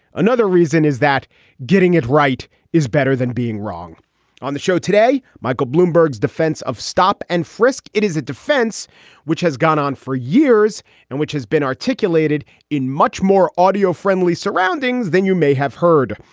another reason is that getting it right is better than being wrong on the show today. michael bloomberg's defense of stop and frisk. it is a defense which has gone on for years and which has been articulated in much more audio friendly surroundings than you may have heard.